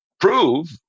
prove